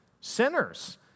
sinners